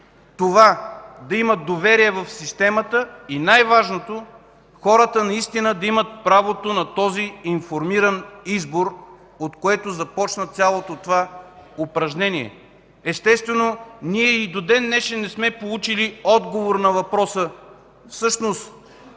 това да има доверие в системата и най-важното – хората, наистина да имат правото на този информиран избор, от което започна цялото това упражнение. Естествено, и до ден-днешен не сме получили отговор на въпроса: кое